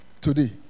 Today